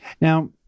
Now